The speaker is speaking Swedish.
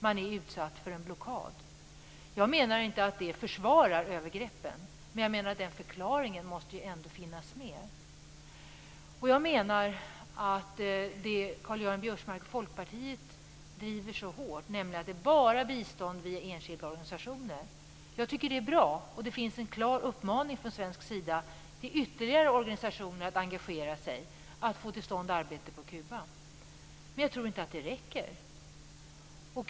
Man är utsatt för en blockad. Jag menar inte att det försvarar övergreppen, men den förklaringen måste ändå finnas med. Jag menar, Karl-Göran Biörsmark, att det som Folkpartiet driver så hårt, nämligen att det bara skall ges bistånd via enskilda organisationer, är bra. Det finns från svensk sida en klar uppmaning till ytterligare organisationer att engagera sig för att få till stånd arbete på Kuba, men jag tror inte att det räcker.